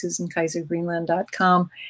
susankaisergreenland.com